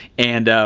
and